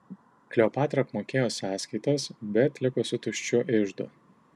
kleopatra apmokėjo sąskaitas bet liko su tuščiu iždu